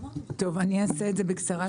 אני אעשה את זה בקצרה.